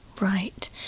Right